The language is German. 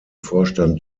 vorstand